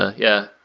ah yeah,